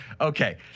Okay